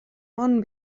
món